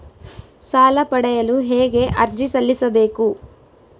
ಸಾಲ ಪಡೆಯಲು ಹೇಗೆ ಅರ್ಜಿ ಸಲ್ಲಿಸಬೇಕು?